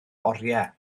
oriau